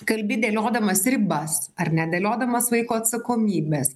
kalbi dėliodamas ribas ar ne dėliodamas vaiko atsakomybes